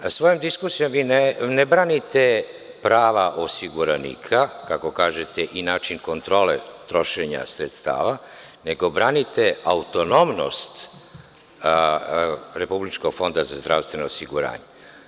Svojom diskusijom vi ne branite prava osiguranika kako kažete i način kontrole trošenja sredstava, nego branite autonomnost Republičkog fonda za zdravstveno osiguranje.